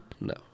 No